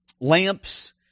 lamps